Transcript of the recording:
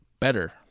better